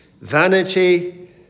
vanity